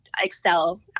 excel